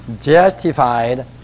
justified